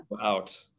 out